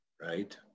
Right